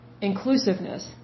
Inclusiveness